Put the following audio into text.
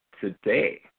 today